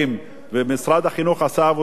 ומשרד החינוך עשה עבודה יפה,